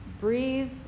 Breathe